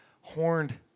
horned